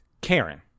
Karen